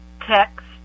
TEXT